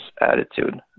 attitude